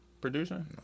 producer